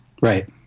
Right